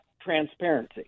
transparency